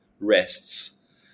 rests